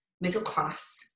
middle-class